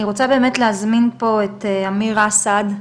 אני רוצה להזמין את אמיר אסד,